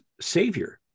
Savior